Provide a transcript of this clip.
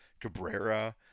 Cabrera